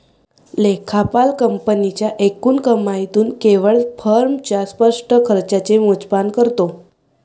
लेखापाल कंपनीच्या एकूण कमाईतून केवळ फर्मच्या स्पष्ट खर्चाचे मोजमाप करतो